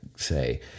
say